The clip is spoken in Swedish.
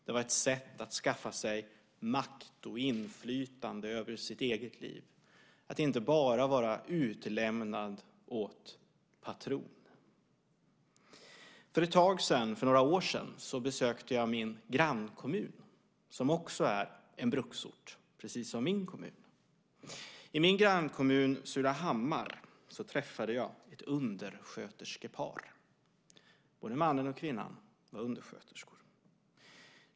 Det var ett sätt att skaffa sig makt och inflytande över sitt eget liv, att inte bara vara utlämnad åt patron. För några år sedan besökte jag min grannkommun som också är en bruksort, precis som min kommun. I min grannkommun Surahammar träffade jag ett undersköterskepar. Både mannen och kvinnan var undersköterskor.